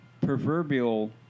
proverbial